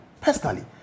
personally